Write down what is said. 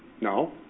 No